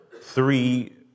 three